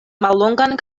mallongan